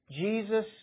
Jesus